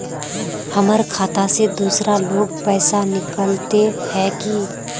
हमर खाता से दूसरा लोग पैसा निकलते है की?